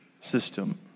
system